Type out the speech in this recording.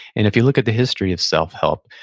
and if you look at the history of self-help,